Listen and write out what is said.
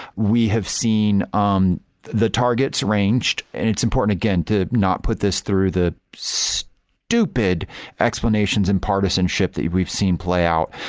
we have seen um the the targets ranged, and it's important, again, to not put this through the so stupid explanations in partisanship that we've seen play out.